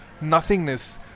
nothingness